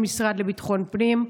במשרד לביטחון פנים.